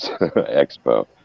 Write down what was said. expo